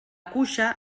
cuixa